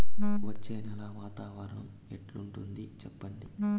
వచ్చే నెల వాతావరణం ఎట్లుంటుంది చెప్పండి?